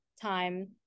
time